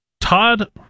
Todd